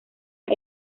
las